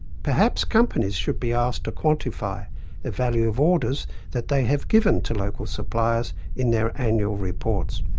perhaps companies should be asked to quantify the value of orders that they have given to local suppliers in their annual reports.